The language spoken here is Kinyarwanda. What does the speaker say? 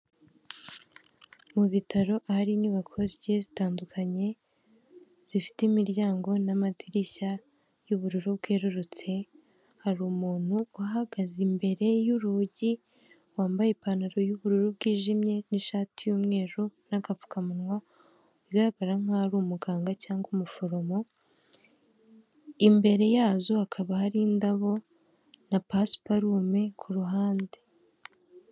Mu bitaro hari inyubako zigiye zitandukanye, zifite imiryango n'amadirishya y'ubururu bwerurutse, hari umuntu uhagaze imbere y'urugi, wambaye ipantaro y'ubururu bwijimye n'ishati y'umweru n'agapfukamunwa, bigaragara nk'aho ari umuganga cyangwa umuforomo, imbere yazo hakaba hari indabo na pasiparume ku ruhande.